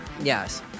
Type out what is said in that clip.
Yes